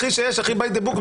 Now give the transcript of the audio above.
הכי by the book,